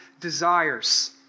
desires